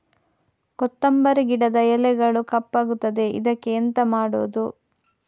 ಕೊತ್ತಂಬರಿ ಗಿಡದ ಎಲೆಗಳು ಕಪ್ಪಗುತ್ತದೆ, ಇದಕ್ಕೆ ಎಂತ ಮಾಡೋದು?